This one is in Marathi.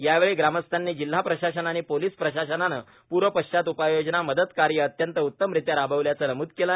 यावेळी ग्रामस्थांनी जिल्हा प्रशासन आणि पोलीस प्रशासनानं प्रपश्चात उपाययोजनाए मदतकार्य अत्यंत उतमरित्या राबविल्याचं नमूद केलं